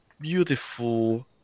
beautiful